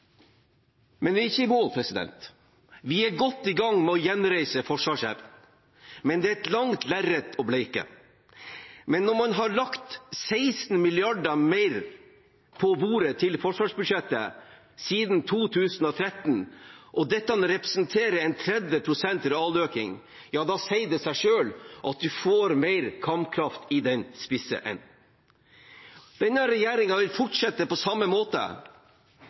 Men vi er ikke i mål. Vi er godt i gang med å gjenreise forsvarsevnen, men det er et langt lerret å bleke. Men når man har lagt 16 mrd. kr mer på bordet til forsvarsbudsjettet siden 2013 og dette representerer 30 pst. realøkning, sier det seg selv at vi får mer kampkraft i den spisse enden. Denne regjeringen vil fortsette på samme måte